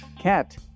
Cat